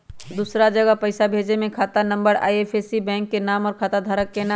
दूसरा जगह पईसा भेजे में खाता नं, आई.एफ.एस.सी, बैंक के नाम, और खाता धारक के नाम?